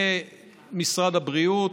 למשרד הבריאות,